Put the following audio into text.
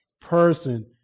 person